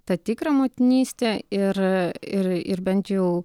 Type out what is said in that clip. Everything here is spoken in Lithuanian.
tą tikrą motinystę ir ir ir bent jau